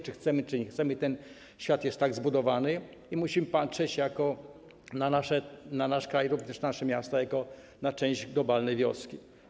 Czy chcemy, czy nie chcemy, ten świat jest tak zbudowany i musimy patrzeć na nasz kraj i również na nasze miasto jak na część globalnej wioski.